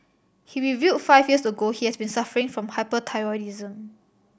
he revealed five years ago he has been suffering from hyperthyroidism